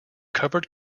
covered